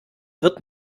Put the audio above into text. wird